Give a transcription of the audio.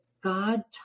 God